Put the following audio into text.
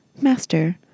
Master